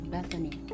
Bethany